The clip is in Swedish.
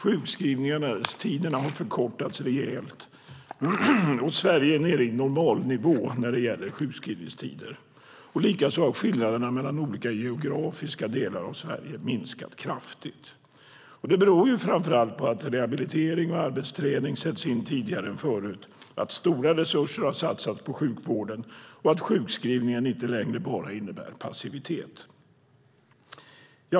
Sjukskrivningstiderna har förkortats rejält, och Sverige är nere på normalnivå när det gäller sjukskrivningstider. Likaså har skillnaderna mellan olika geografiska delar av Sverige minskat kraftigt. Det beror framför allt på att rehabilitering och arbetsträning sätts in tidigare än förut, att stora resurser har satsats på sjukvården och att sjukskrivningen inte längre bara innebär passivitet.